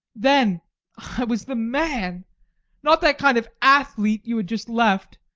then i was the man not that kind of athlete you had just left,